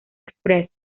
express